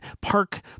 park